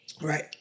Right